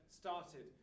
started